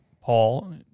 Paul